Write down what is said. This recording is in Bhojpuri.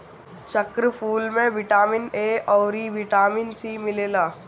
चक्रफूल में बिटामिन ए अउरी बिटामिन सी मिलेला